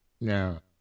Now